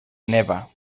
neva